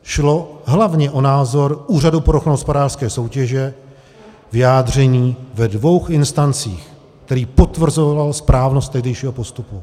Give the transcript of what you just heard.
Šlo hlavně o názor Úřadu pro ochranu hospodářské soutěže vyjádřený ve dvou instancích, který potvrzoval správnost tehdejšího postupu.